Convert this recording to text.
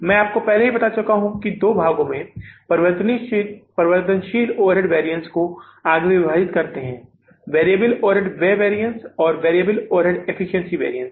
मैं आपको पहले ही बता चुका हूं कि दो भागों में परिवर्तनशील ओवरहेड वैरिएशंस के आगे विभाजित करते है वेरिएबल ओवरहेड व्यय वैरिअन्स और वेरिएबल ओवरहेड एफिशिएंसी वैरिअन्स